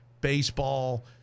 baseball